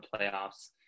playoffs